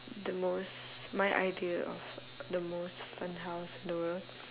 the most my idea of the most fun house in the world